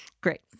Great